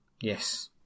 Yes